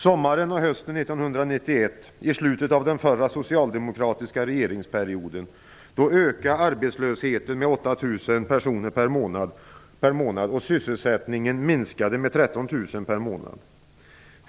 Sommaren och hösten 1991, i slutet av den förra socialdemokratiska regeringsperioden, ökade arbetslösheten med 8 000 personer per månad och sysselsättningen minskade med 13 000 personer per månad.